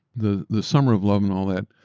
the the summer of love and all that,